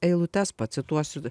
eilutes pacituosiu